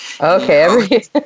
Okay